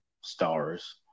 stars